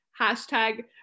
Hashtag